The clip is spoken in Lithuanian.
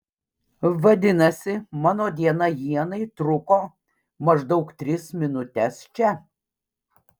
vadinasi mano diena ienai truko maždaug tris minutes čia